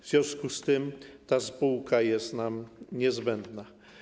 W związku z tym ta spółka jest nam niezbędna.